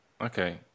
Okay